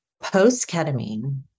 Post-ketamine